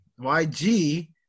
YG